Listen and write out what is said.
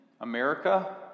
America